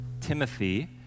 Timothy